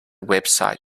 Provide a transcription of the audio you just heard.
website